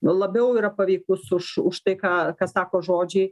labiau yra paveikus už už tai ką ką sako žodžiai